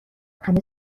همه